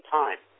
time